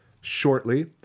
shortly